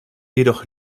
jedoch